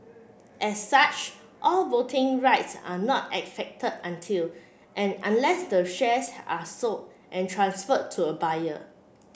as such all voting rights are not affected until and unless the shares are sold and transferred to a buyer